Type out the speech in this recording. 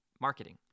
marketing